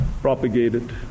propagated